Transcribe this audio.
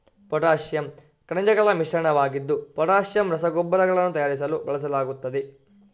potassium ಖನಿಜಗಳ ಮಿಶ್ರಣವಾಗಿದ್ದು potassium ರಸಗೊಬ್ಬರಗಳನ್ನು ತಯಾರಿಸಲು ಬಳಸಲಾಗುತ್ತದೆ